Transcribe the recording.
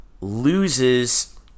loses